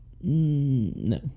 No